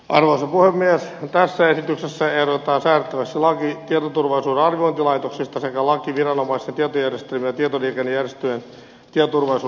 tässä esityksessä ehdotetaan säädettäväksi laki tietoturvallisuuden arviointilaitoksista sekä laki viranomaisten tietojärjestelmien ja tietoliikennejärjestelyjen tietoturvallisuuden arvioinnista